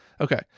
okay